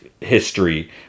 history